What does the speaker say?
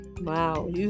Wow